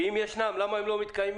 אם יש למה הם לא מתקיימים?